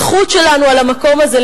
הזכות שלנו על המקום הזה,